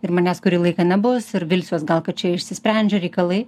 ir manęs kurį laiką nebus ir vilsiuos gal kad čia išsisprendžia reikalai